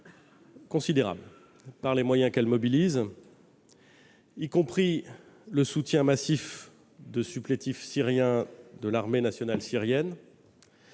considérable tant par les moyens qu'elle mobilise, avec le soutien massif de supplétifs syriens de l'armée nationale syrienne,